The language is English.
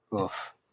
oof